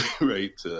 right